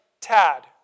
Tad